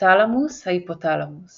התלמוס ההיפותלמוס